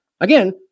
Again